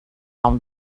own